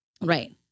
Right